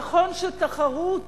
נכון שתחרות